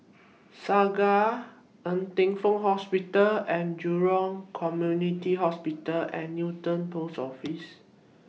Segar Ng Teng Fong Hospital and Jurong Community Hospital and Newton Post Office